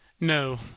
No